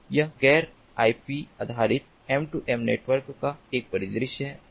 तो यह गैर आईपी आधारित M2M नेटवर्क का एक परिदृश्य है